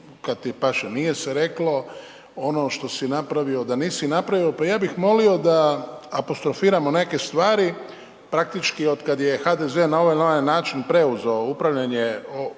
kad ti paše nije se reklo, ono što si napravio da nisi napravio, pa ja bih molimo da apostrofiramo neke stvari. Praktički od kad je HDZ na ovaj il onaj način preuzeo upravljanje u ova